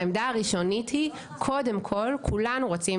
העמדה הראשונית היא שקודם כל כולנו רוצנו,